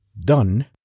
done